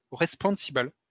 responsible